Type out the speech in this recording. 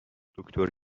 دکتر